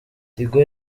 tigo